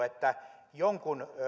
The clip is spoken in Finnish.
että jonkun